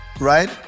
right